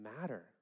matter